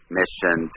mission